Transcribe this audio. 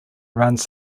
runs